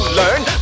learn